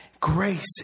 grace